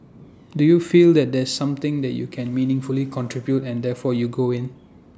do you feel that there's something that you can meaningfully contribute and therefore you go in